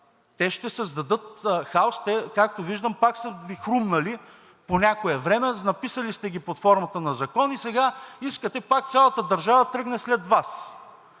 те ще създадат хаос. Те, както виждам, пак са Ви хрумнали по някое време, написали сте ги под формата на закон и сега искате пак цялата държава да тръгне след Вас.